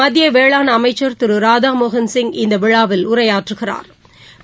மத்தியவேளாண் அமைச்சா் திருராதாமோகன் சிங் இந்தவிழாவில் உரையாற்றுகிறாா்